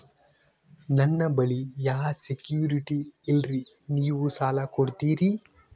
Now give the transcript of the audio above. ನನ್ನ ಬಳಿ ಯಾ ಸೆಕ್ಯುರಿಟಿ ಇಲ್ರಿ ನೀವು ಸಾಲ ಕೊಡ್ತೀರಿ?